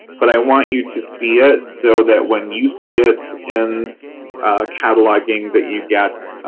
but i want you to see it so that when you see it in cataloging that you get,